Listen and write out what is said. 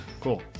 Cool